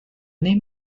name